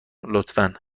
لطفا